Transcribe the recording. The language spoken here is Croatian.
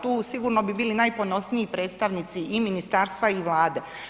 Tu sigurno bi bili najponosniji predstavnici i ministarstva i Vlade.